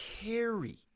carry